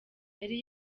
yari